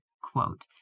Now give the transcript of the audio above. quote